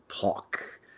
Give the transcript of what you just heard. talk